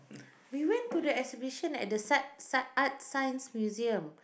we went to the exhibition at the Sci~ Sci~ Art-Science-Museum